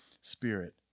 spirit